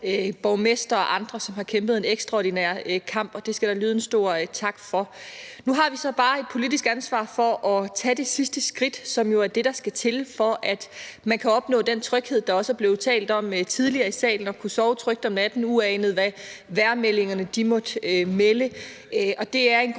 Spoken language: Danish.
borgmestre og andre, som har kæmpet en ekstraordinær kamp, og det skal der lyde en stor tak for. Nu har vi så bare et politisk ansvar for at tage det sidste skridt, som jo er det, der skal til, for at man kan opnå den tryghed, der også er blevet talt om tidligere i salen, at kunne sove trygt om natten, uagtet hvad vejrmeldingerne måtte melde.